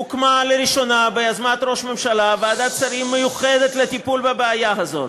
הוקמה לראשונה ביוזמת ראש ממשלה ועדת שרים מיוחדת לטיפול בבעיה הזאת,